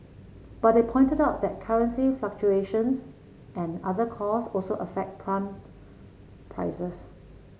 but they pointed out that currency fluctuations and other costs also affect pump prices